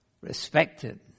Respected